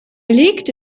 legte